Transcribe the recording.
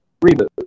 reboot